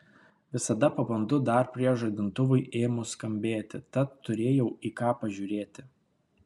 visada pabundu dar prieš žadintuvui ėmus skambėti tad turėjau į ką pažiūrėti